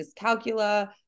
dyscalculia